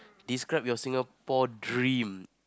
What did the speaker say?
describe your Singapore dream